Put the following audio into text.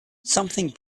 something